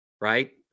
right